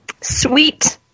Sweet